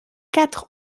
quatre